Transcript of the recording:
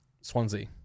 swansea